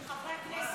טוב,